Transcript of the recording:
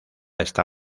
está